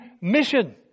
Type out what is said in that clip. mission